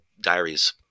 diaries